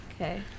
Okay